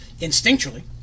Instinctually